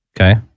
Okay